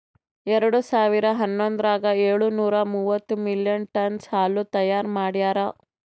ಎರಡು ಸಾವಿರಾ ಹನ್ನೊಂದರಾಗ ಏಳು ನೂರಾ ಮೂವತ್ತು ಮಿಲಿಯನ್ ಟನ್ನ್ಸ್ ಹಾಲು ತೈಯಾರ್ ಮಾಡ್ಯಾರ್